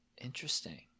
Interesting